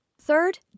Third